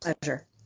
pleasure